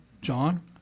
John